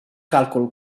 càlcul